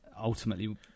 ultimately